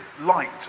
light